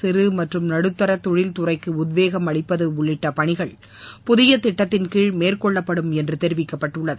சிறு மற்றும் நடுத்தர தொழில் துறைக்கு உத்வேகம் அளிப்பது உள்ளிட்ட பணிகள் புதிய திட்டத்தின்கீழ் மேற்கொள்ளப்படும் என்று தெரிவிக்கப்பட்டுள்ளது